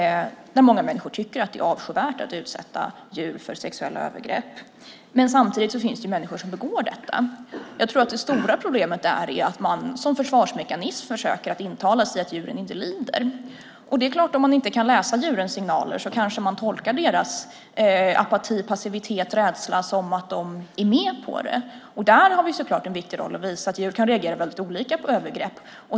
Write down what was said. Många människor tycker att det är avskyvärt att utsätta djur för sexuella övergrepp. Men samtidigt finns det människor som begår sådana övergrepp. Jag tror att det stora problemet är att man som en försvarsmekanism försöker intala sig att djuren inte lider. Det är klart att man kanske, om man inte kan läsa djurens signaler, tolkar deras apati, passivitet och rädsla som att de är med på detta. Där har vi självklart en viktig roll när det gäller att visa att djur kan reagera väldigt olika på övergrepp.